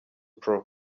pro